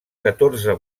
catorze